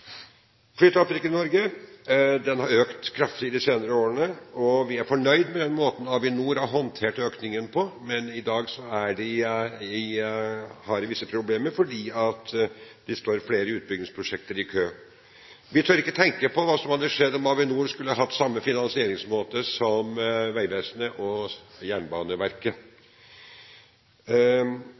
Flytrafikken i Norge har økt kraftig de senere årene. Vi er fornøyd med den måten Avinor har håndtert økningen på. Men i dag har de visse problemer fordi det står flere utbyggingsprosjekter i kø. Vi tør ikke tenke på hva som hadde skjedd om Avinor skulle ha hatt samme finansieringsmåte som Vegvesenet og Jernbaneverket.